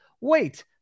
wait